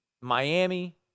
Miami